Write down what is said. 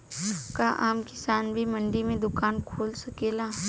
का आम किसान भी मंडी में दुकान खोल सकेला?